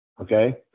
Okay